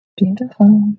Beautiful